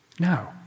No